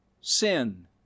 sin